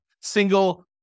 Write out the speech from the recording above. single